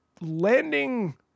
landing